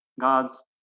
god's